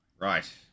Right